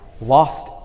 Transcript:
lost